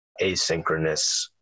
asynchronous